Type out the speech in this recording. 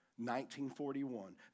1941